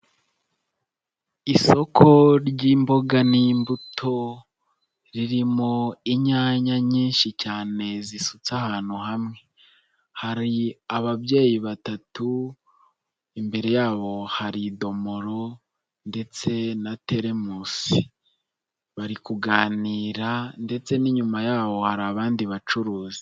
Isoko ry'imboga n'imbuto ririmo inyanya nyinshi cyane zisutse ahantu hamwe, hari ababyeyi batatu, imbere yabo hari idomoro ndetse na teremusi, bari kuganira ndetse n'inyuma yaho hari abandi bacuruzi.